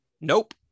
nope